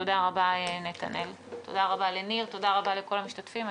תודה רבה לכל המשתתפים.